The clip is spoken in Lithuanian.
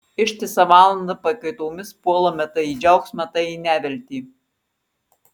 ištisą valandą pakaitomis puolame tai į džiaugsmą tai į neviltį